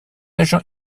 agent